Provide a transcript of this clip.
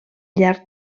llarg